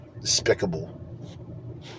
Despicable